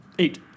Eight